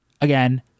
again